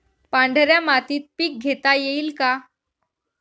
पांढऱ्या मातीत पीक घेता येईल का?